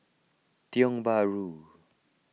Tiong Bahru